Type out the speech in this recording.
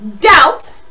doubt